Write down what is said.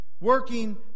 Working